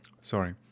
sorry